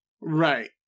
Right